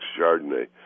Chardonnay